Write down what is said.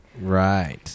Right